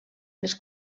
les